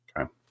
okay